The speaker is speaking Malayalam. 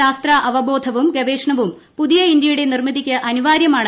ശാസ്ത്ര അവബോധവും ഗവേഷണവും പുതിയ ഇന്ത്യയുടെ നിർമ്മിതിക്ക് അനിവാര്യമാണ്